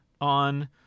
on